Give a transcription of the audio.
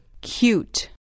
Cute